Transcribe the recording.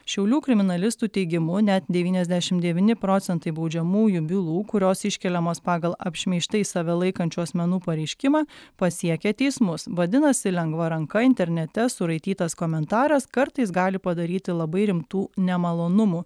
šiaulių kriminalistų teigimu net devyniasdešim devyni procentai baudžiamųjų bylų kurios iškeliamos pagal apšmeižtais save laikančių asmenų pareiškimą pasiekia teismus vadinasi lengva ranka internete suraitytas komentaras kartais gali padaryti labai rimtų nemalonumų